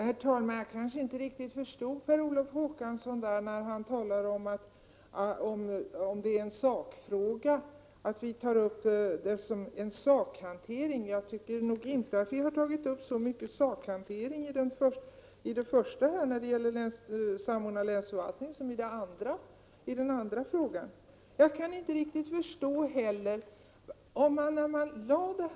Herr talman! Jag kanske inte riktigt förstod Per Olof Håkansson när han talade om att folkpartiet tar upp sakhanteringen. Vi har inte tagit upp sakhanteringen så mycket när det gäller samordningen av länsförvaltningen.